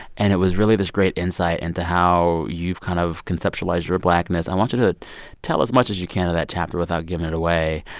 and it was really this great insight into how you've kind of conceptualized your blackness. i want you to tell as much as you can of that chapter without giving it away.